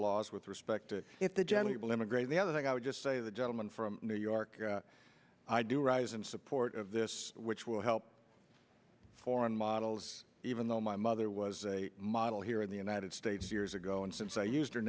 laws with respect to if the general immigrate the other thing i would just say the gentleman from new york i do rise in support of this which will help foreign models even though my mother was a model here in the united states years ago and since i used her